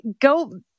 go